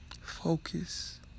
focus